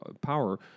power